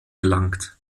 gelangt